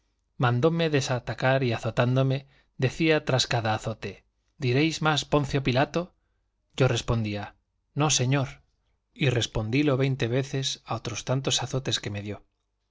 no aprovechó mandóme desatacar y azotándome decía tras cada azote diréis más poncio pilato yo respondía no señor y respondílo veinte veces a otros tantos azotes que me dio